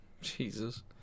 Jesus